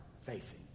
facing